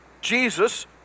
Jesus